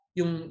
yung